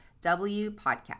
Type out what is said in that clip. WPODCAST